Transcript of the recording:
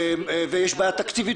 ויש בעיה תקציבית,